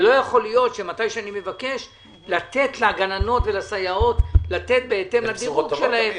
לא יכול להיות שמתי שאני מבקש לתת לגננות ולסייעות בהתאם לדירוג שלהן,